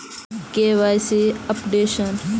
KYC updation?